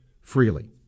freely